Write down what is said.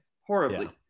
horribly